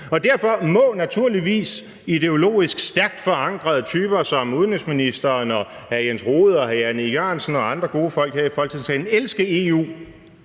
og derfor må ideologisk stærkt forankrede typer som udenrigsministeren og hr. Jens Rohde og hr. Jan E. Jørgensen og andre gode folk her i Folketingssalen